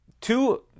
two